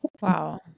Wow